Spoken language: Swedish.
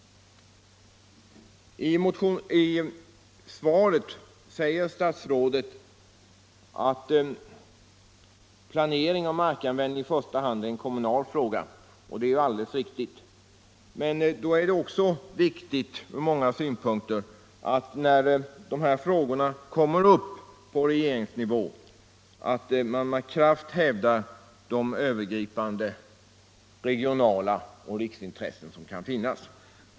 I svaret säger statsrådet att planering av markanvändning i första hand är en kommunal fråga. Det är alldeles riktigt. Men då är det också viktigt ur många synpunkter att man när de här frågorna kommer upp på regeringsnivå med kraft hävdar de övergripande regionala intressen och riksintressen som kan finnas.